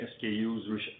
SKU's